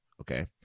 Okay